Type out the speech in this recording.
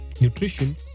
nutrition